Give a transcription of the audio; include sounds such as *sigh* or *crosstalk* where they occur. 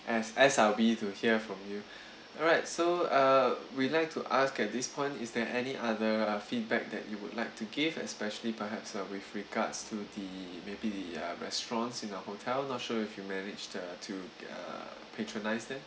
as as I'll be to hear from you *breath* alright so uh we like to ask at this point is there any other uh feedback that you would like to give especially perhaps uh with regards to the maybe uh restaurants in the hotel not sure if you managed to to uh patronise them